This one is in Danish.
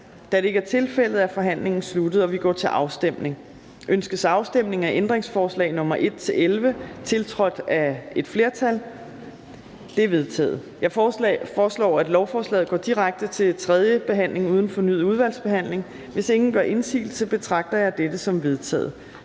Da det ikke er tilfældet, er forhandlingen sluttet, og vi går til afstemning. Kl. 15:48 Afstemning Fjerde næstformand (Trine Torp): Ønskes afstemning om ændringsforslag nr. 1-11, tiltrådt af et flertal (udvalget med undtagelse af EL)? De er vedtaget. Jeg foreslår, at lovforslaget går direkte til tredje behandling uden fornyet udvalgsbehandling. Hvis ingen gør indsigelse, betragter jeg dette som vedtaget.